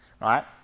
Right